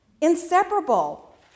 inseparable